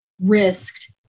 risked